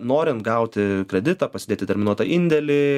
norint gauti kreditą pasidėti terminuotą indėlį